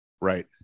right